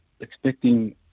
expecting